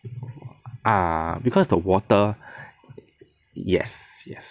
ah because the water yes yes